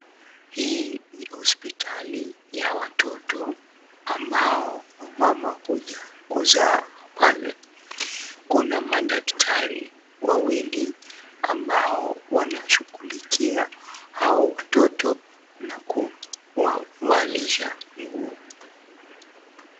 Hii ni hospitali ya watoto, ambao wamama huja kuzaa pale. Kuna madaktari wawili, ambao wanashughulikia hao watoto na kuwavalisha nguo.